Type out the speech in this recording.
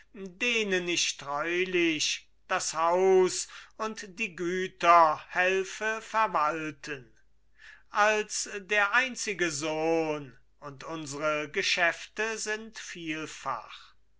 denen ich treulich das haus und die güter helfe verwalten als der einzige sohn und unsre geschäfte sind vielfach